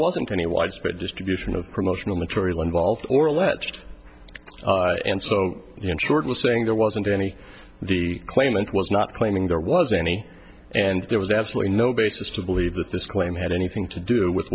wasn't any widespread distribution of promotional material involved or alleged and so in short the saying there wasn't any the claimant was not claiming there was any and there was absolutely no basis to believe that this claim had anything to do with